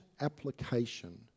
application